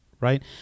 right